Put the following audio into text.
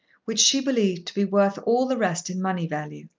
which she believed to be worth all the rest in money value.